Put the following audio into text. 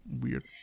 Weird